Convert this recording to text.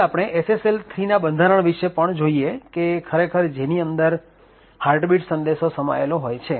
હવે આપણે SSL 3 ના બંધારણ વિશે પણ જોઈએ કે ખરેખર જેની અંદર હાર્ટબીટ સંદેશો સમાયેલો હોય છે